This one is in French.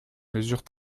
mesures